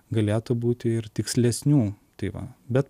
galėtų būti ir tikslesnių tai va bet